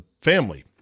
family